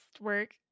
work